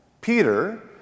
Peter